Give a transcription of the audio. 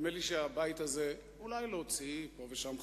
נדמה לי שהבית הזה, אולי להוציא פה ושם חריגים,